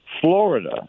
Florida